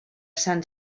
sant